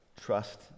trust